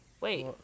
wait